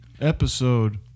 episode